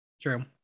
True